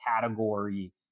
category